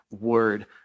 word